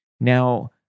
Now